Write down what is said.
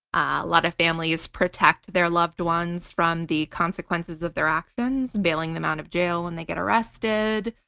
a lot of families protect their loved ones from the consequences of their actions bailing them out of jail when they get arrested,